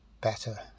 better